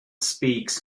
speaks